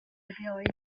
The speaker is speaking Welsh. erioed